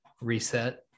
reset